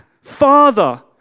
Father